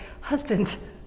husbands